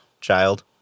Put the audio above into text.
child